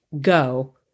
go